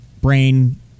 Brain